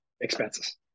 expenses